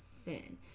sin